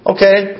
Okay